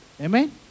Amen